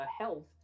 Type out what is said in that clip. health